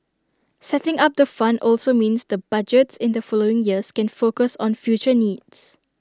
setting up the fund also means the budgets in the following years can focus on future needs